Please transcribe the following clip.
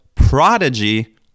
Prodigy